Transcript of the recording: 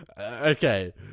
Okay